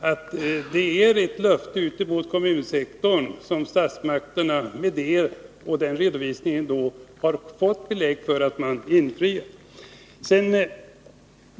Det ger belägg för att statsmakternas löfte gentemot den kommunala sektorn har infriats.